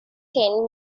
ten